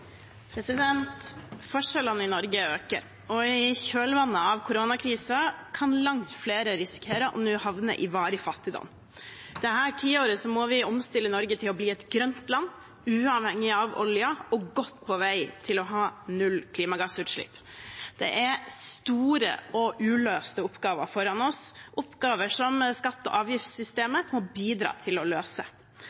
Forskjellene i Norge øker. I kjølvannet av koronakrisen kan langt flere risikere å havne i varig fattigdom. Dette tiåret må vi omstille Norge til å bli et grønt land, uavhengig av oljen og godt på vei til å ha null klimagassutslipp. Det er store og uløste oppgaver foran oss, oppgaver som skatte- og